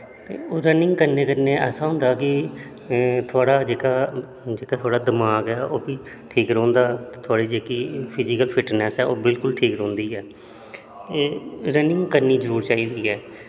ते ओह् रनिंग करने कन्नै ऐसा होंदा कि थुआढ़ा जेहका जेहका थुआढ़ा दमाक ऐ ओह् बी ठीक रौंह्दा थुआढ़ी जेह्की फिजीकल फिटनस ऐ ओह् बिलकुल ठीक रौंह्दी ऐ एह् रनिंग करनी जरूर चाहिदी ऐ